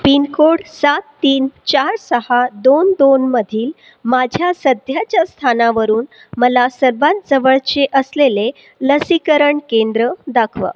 pin code सात तीन चार सहा दोन दोन मधील माझ्या सध्याच्या स्थानावरून मला सर्वात जवळचे असलेले लसीकरण केंद्र दाखवा